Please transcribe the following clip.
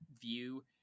view